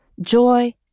Joy